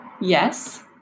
Yes